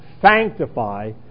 sanctify